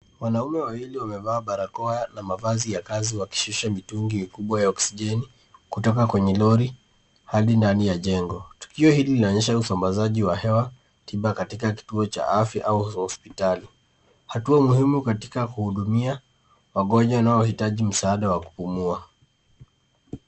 Wanaume wawili wamevaa barakoa na mavazi ya kazi wakishusha mitungi mikubwa ya oksijeni kutoka kwenye lori hadi ndani ya jengo. Tukio hili linaonyesha usambazaji wa hewa tiba katika kituo cha afya au hospitali hatua muhimu kuhudumia wagonjwa wanaohitaji msaada wa kupumua.